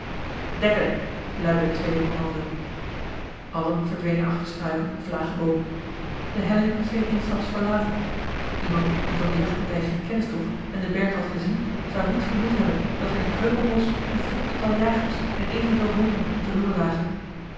dekken luidde het tweede kommando allen verdwenen achter struiken of lage boomen de helling scheen eensklaps verlaten iemand die van de jachtpartij geene kennis droeg en den berg had gezien zou niet vermoed hebben dat in het kreupelbosch een veertigtal jagers en evenveel honden op de loer lagen